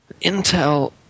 Intel